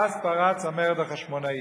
אז פרץ המרד החשמונאי.